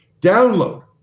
Download